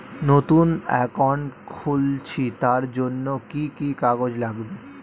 নতুন অ্যাকাউন্ট খুলছি তার জন্য কি কি কাগজ লাগবে?